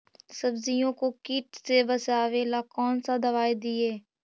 सब्जियों को किट से बचाबेला कौन सा दबाई दीए?